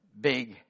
Big